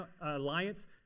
alliance